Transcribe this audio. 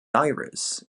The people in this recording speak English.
iris